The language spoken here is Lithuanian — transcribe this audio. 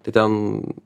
tai ten